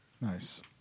Nice